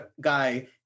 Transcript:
guy